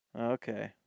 Okay